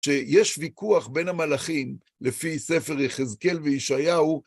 שיש ויכוח בין המלאכים, לפי ספר יחזקאל וישעיהו,